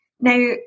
Now